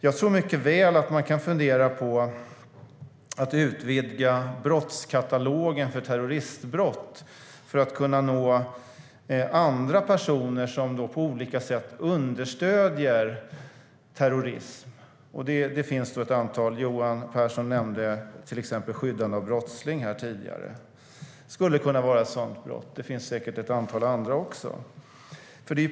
Jag tror mycket väl att man kan fundera på att utvidga brottskatalogen när det gäller terroristbrott för att nå personer som på olika sätt understöder terrorism. Johan Pehrson nämnde till exempel skyddande av brottsling här tidigare. Det skulle kunna vara ett sådant brott, och det finns säkert andra också.